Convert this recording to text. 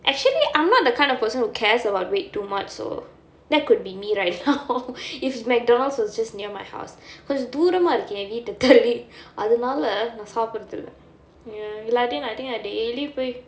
actually I'm not the kind of person who cares about weight too much so that could be me right if McDonald's was just near my house கொஞ்சோ தூரமா இருக்கு என் வீட்ட தள்ளி அதுனால நா சாப்புடறதே இல்லை:konjo thooramaa irukku yaen veetta talli athunaala naa sappudurathae illa ya இல்லாட்டி:illaatti I think நா:naa daily போயி:poyi